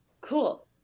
Cool